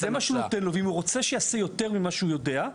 ואם הוא רוצה שיעשה יותר ממה שהוא יודע,